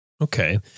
Okay